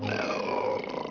well